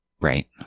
Right